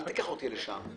אל תיקח אותי לשם.